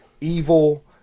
evil